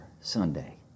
Sunday